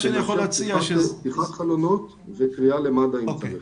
זה פתיחת חלונות וקריאה למד"א אם צריך.